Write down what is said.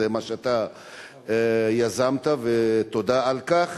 וזה מה שאתה יזמת ותודה על כך,